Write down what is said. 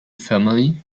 family